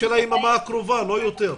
ביממה הקרובה, לא יותר.